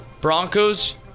Broncos